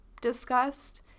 discussed